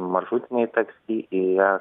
maršrutiniai taksi jie